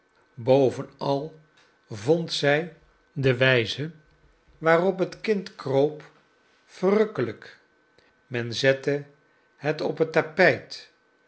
bovenal vond zij de wijze waarop het kind kroop verrukkelijk men zette het op het tapijt